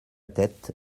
tête